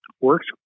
works